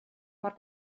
mor